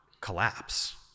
collapse